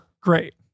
great